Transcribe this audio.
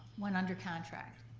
went under contract.